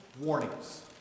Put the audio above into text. warnings